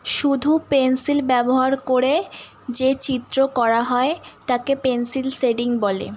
শুধু পেনসিল ব্যবহার করে যে চিত্র করা হয় তাকে পেনসিল শেডিং বলে